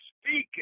speaking